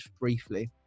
briefly